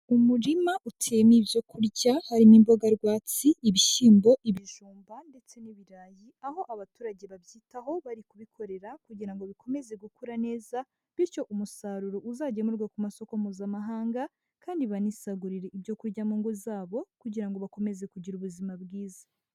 Mu umurima uteyemo ibyo kurya harimo imboga rwatsi, ibishyimbo, ibijumba ndetse n'ibirayi, aho abaturage babyitaho bari kubikorera kugira ngo bikomeze gukura neza bityo umusaruro uzagemurwe ku masoko mpuzamahanga kandi banisagurire ibyo kurya mu ngo zabo kugira ngo bakomeze kugira ubuzima bwiza.